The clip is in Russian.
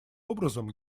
образом